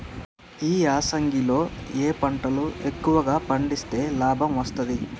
ఈ యాసంగి లో ఏ పంటలు ఎక్కువగా పండిస్తే లాభం వస్తుంది?